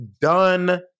done